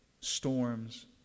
storms